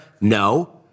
No